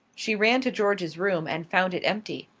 she ran to george's room and found it empty.